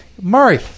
Murray